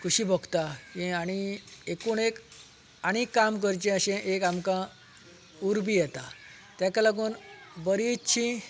खुशी भोगता हें आनी एकूण एक आनी काम करचें अशें एक आमकां उर्बा येता ताका लागून बरीचशी